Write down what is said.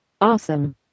Awesome